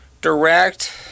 direct